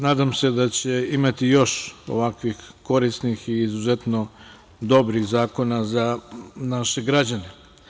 Nadam se da će imati još ovako korisnih i izuzetno dobrih zakona za naše građane.